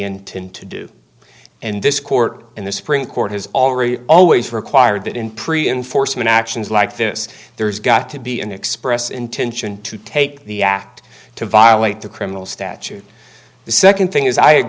intend to do and this court in the supreme court has already always required that in pre enforcement actions like this there's got to be an express intention to take the act to violate the criminal statute the nd thing is i